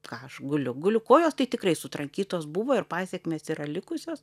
ką aš guliu guliu kojos tai tikrai sutrankytos buvo ir pasekmės yra likusios